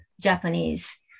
Japanese